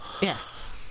yes